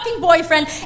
boyfriend